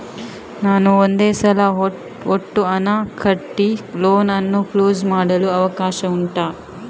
ನಾನು ಒಂದೇ ಸಲ ಒಟ್ಟು ಹಣ ಕಟ್ಟಿ ಲೋನ್ ಅನ್ನು ಕ್ಲೋಸ್ ಮಾಡಲು ಅವಕಾಶ ಉಂಟಾ